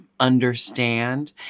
understand